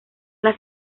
las